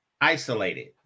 isolated